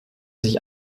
sich